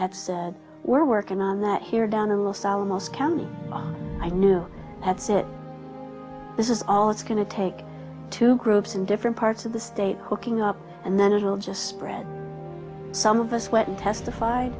at so we're working on that here down in los alamos county i know thats it this is all it's going to take two groups in different parts of the state hooking up and then it will just spread some of us went testified